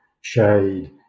shade